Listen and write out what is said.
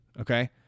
Okay